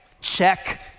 check